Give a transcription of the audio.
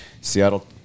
Seattle